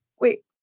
Wait